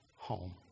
home